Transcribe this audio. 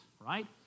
right